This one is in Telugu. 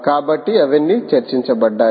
కాబట్టి అవన్నీ చర్చించబడ్డాయి